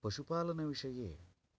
पशुपालनविषये